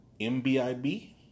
MBIB